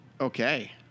Okay